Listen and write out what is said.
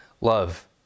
love